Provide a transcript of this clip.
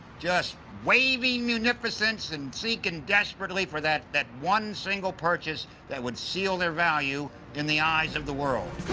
just waving munificence and seeking desperately for that that one single purchase that would seal their value in the eyes of the world.